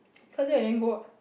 cause and then go ah